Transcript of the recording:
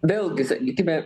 vėlgi sakykime